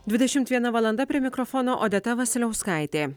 dvidešimt viena valanda prie mikrofono odeta vasiliauskaitė